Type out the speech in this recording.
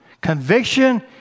Conviction